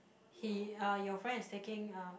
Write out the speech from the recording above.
he uh your friend is taking uh